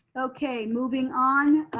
okay moving on.